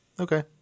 Okay